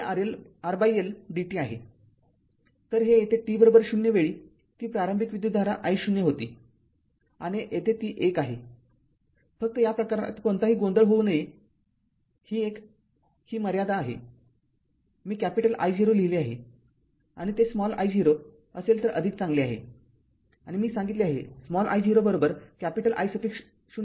तर हे येथे t ० वेळी ती प्रारंभिक विद्युतधारा I0 होती आणि येथे ती ही एक आहे फक्त या प्रकारात कोणताही गोंधळ होऊ नये ही एक ही मर्यादा मी कॅपिटल I0 लिहिले आहे आणि ते स्मॉल I0 असेल तर अधिक चांगले आहे आणि मी सांगितले आहे स्मॉल I0कॅपिटल I सफीक्स ० आहे